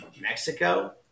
Mexico